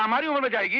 um don't want to go,